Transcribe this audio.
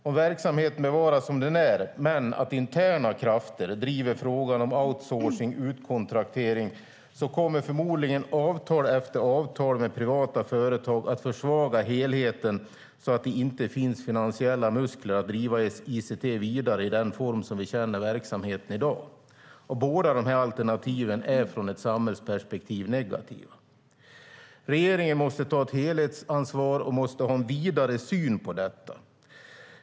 Om verksamheten bevaras som den är men interna krafter driver frågan om outsourcing, utkontraktering, kommer förmodligen avtal efter avtal med privata företag att försvaga helheten så att det inte finns finansiella muskler att driva ICT vidare i den form som vi känner verksamheten i dag. Båda alternativen är ur ett samhällsperspektiv negativa. Regeringen måste ta ett helhetsansvar och ha en vidare syn på detta.